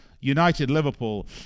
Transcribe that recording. United-Liverpool